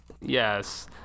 Yes